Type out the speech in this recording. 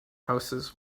houses